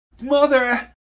Mother